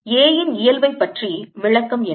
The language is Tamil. A இன் இயல்பை பற்றி விளக்கம் என்ன